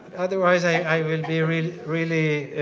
otherwise i will be really really